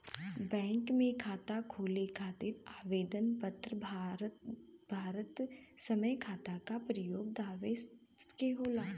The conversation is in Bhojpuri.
बैंक में खाता खोले खातिर आवेदन पत्र भरत समय खाता क प्रकार देवे के होला